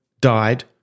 died